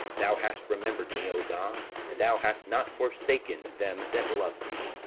thou hast remembered me, o god, and thou hast not forsaken them that love thee.